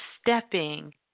stepping